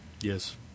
Yes